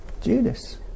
Judas